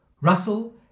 Russell